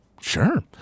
Sure